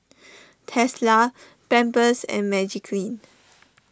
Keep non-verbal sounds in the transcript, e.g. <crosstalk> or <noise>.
Tesla Pampers and Magiclean <noise>